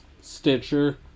Stitcher